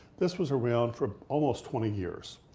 this was around for almost twenty years,